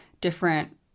different